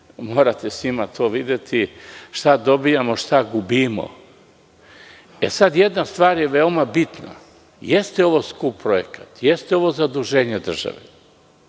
morate sa njima to videti, šta dobijamo šta gubimo. Jedna stvar je veoma bitna. Jeste ovo skup projekat, jeste ovo zaduženje države,